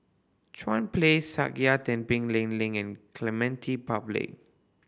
Chuan Place Sakya Tenphel Ling Ling and Clementi Public